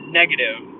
negative